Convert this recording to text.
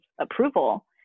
approval